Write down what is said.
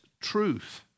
truth